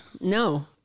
No